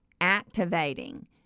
activating